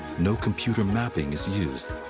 no computer mapping is used.